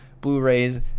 Blu-rays